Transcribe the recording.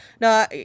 no